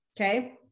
Okay